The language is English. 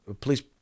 please